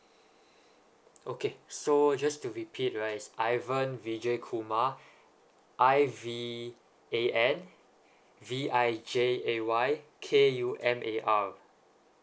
okay so just to repeat right ivan vijay kumar I V A N V I J A Y K U M A R